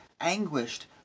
anguished